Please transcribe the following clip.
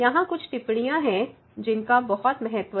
यहाँ कुछ टिप्पणियां हैं जिनका बहुत महत्व है